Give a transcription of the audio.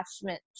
attachment